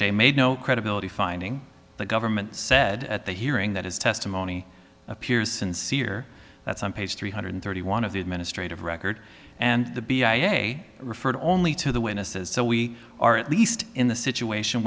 a made no credibility finding the government said at the hearing that his testimony appears sincere that's on page three hundred thirty one of the administrative record and the b i a referred only to the witnesses so we are at least in the situation